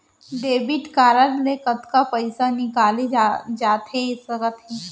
Debit card ले कतका पइसा निकाले जाथे सकत हे?